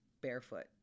barefoot